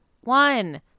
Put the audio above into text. one